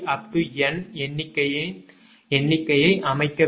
n எண்ணிக்கையின் எண்ணிக்கையை அமைக்க வேண்டும்